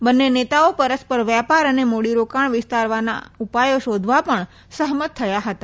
બંને નેતાઓ પરસ્પર વેપાર અને મૂડીરોકાણ વિસ્તારવાના ઉપાયો શોધવા પણ સહમત થયા હતા